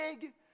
big